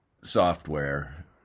software